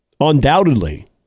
undoubtedly